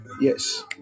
Yes